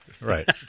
Right